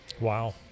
Wow